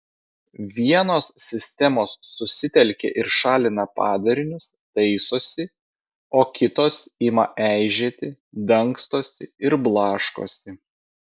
vienos sistemos susitelkia ir šalina padarinius taisosi o kitos ima eižėti dangstosi ir blaškosi